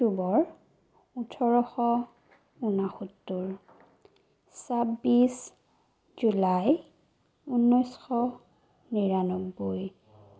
অক্টোবৰ ওঠৰশ ঊনসত্তৰ চাব্বিছ জুলাই উনৈছশ নিৰান্নব্বৈ